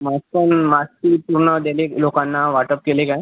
mask आणि mask kit पूर्ण दिलेत लोकांना वाटप केले काय